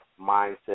Mindset